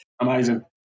Amazing